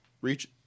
Reach